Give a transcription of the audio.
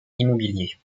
immobilier